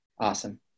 Awesome